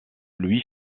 louis